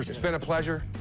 it's been a pleasure.